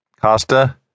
Costa